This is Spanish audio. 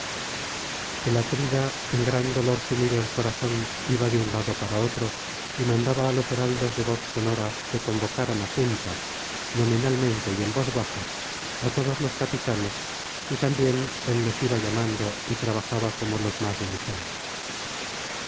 el atrida en gran dolor sumido el corazón iba de un lado para otro y mandaba á los heraldos de voz sonora que convocaran á junta nominalmente y en voz baja á todos los capitanes y también él los iba llamando y trabajaba como los más diligentes